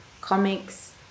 comics